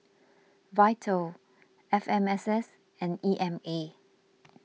Vital F M S S and E M A